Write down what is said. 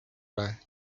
üle